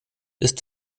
ist